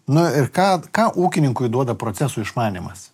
nu ir ką ką ūkininkui duoda procesų išmanymas